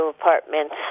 apartment